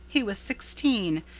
he was sixteen,